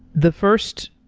the first